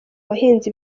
bahinzi